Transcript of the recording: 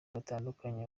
batandukanye